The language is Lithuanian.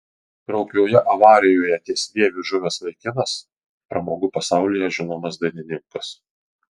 kraupioje avarijoje ties vieviu žuvęs vaikinas pramogų pasaulyje žinomas dainininkas